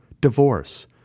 divorce